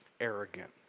arrogant